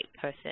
person